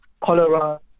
cholera